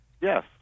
yes